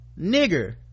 nigger